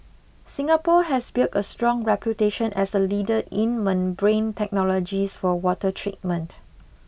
Singapore has built a strong reputation as a leader in membrane technologies for water treatment